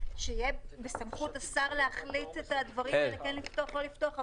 שיהיה בסמכות השר להחליט את הדברים אם כן לפתוח או לא לפתוח,